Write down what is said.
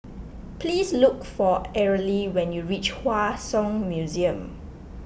please look for Arely when you reach Hua Song Museum